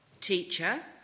teacher